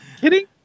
Kidding